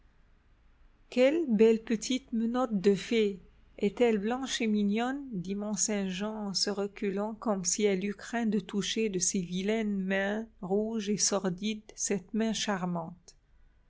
quelle belle petite menotte de fée est-elle blanche et mignonne dit mont-saint-jean en se reculant comme si elle eût craint de toucher de ses vilaines mains rouges et sordides cette main charmante